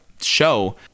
show